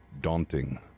daunting